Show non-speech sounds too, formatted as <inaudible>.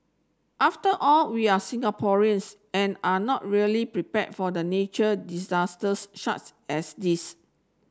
after all we are Singaporeans and are not really prepared for the nature disasters <unintelligible> as this